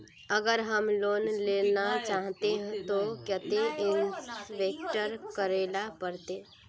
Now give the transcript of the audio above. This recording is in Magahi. अगर हम लोन लेना चाहते तो केते इंवेस्ट करेला पड़ते?